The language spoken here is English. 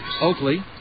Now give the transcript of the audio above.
Oakley